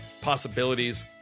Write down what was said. Possibilities